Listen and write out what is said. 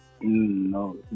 no